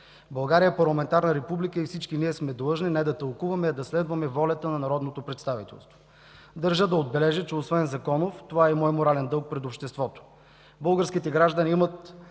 България е парламентарна република и всички ние сме длъжни не да тълкуваме, а да следваме волята на народното представителство. Държа да отбележа, че освен законов това е и мой морален дълг пред обществото. Българските граждани имат